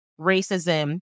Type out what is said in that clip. racism